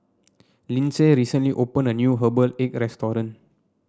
Lyndsey recently opened a new Herbal Egg restaurant